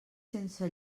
sense